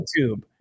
YouTube